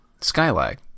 Skylag